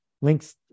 links